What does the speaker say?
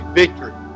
victory